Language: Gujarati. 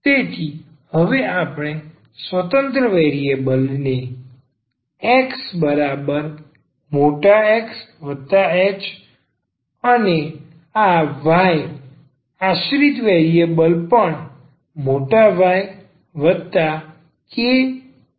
તેથી હવે આપણે સ્વતંત્ર વેરિએબલ ને x X h અને આ y આશ્રિત વેરિએબલ પણ Ykબદલી રહ્યા છીએ